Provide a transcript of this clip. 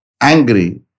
angry